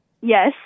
Yes